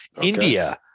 India